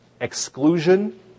exclusion